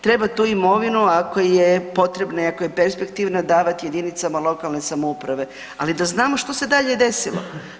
Treba tu imovinu ako je potrebna i ako je perspektivna davati jedinicama lokalne samouprave, ali da znamo što se dalje desilo.